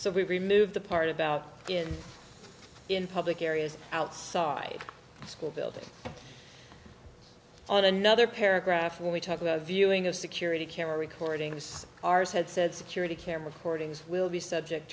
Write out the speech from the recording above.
so we remove the part about it in public areas outside the school building on another paragraph when we talk about viewing a security camera recording of ours had said security cam recordings will be subject